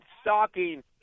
stocking